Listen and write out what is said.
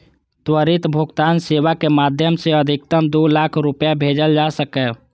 त्वरित भुगतान सेवाक माध्यम सं अधिकतम दू लाख रुपैया भेजल जा सकैए